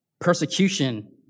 Persecution